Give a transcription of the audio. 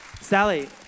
Sally